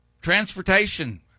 Transportation